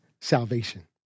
salvation